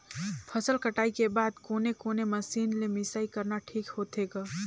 फसल कटाई के बाद कोने कोने मशीन ले मिसाई करना ठीक होथे ग?